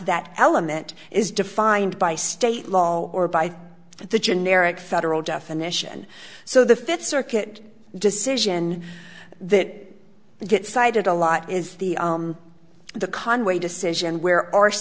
that element is defined by state law or by the generic federal definition so the fifth circuit decision that gets cited a lot is the the conway decision where